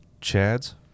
Chad's